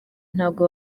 ntabwo